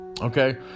Okay